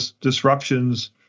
disruptions